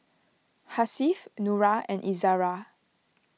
Hasif Nura and Izara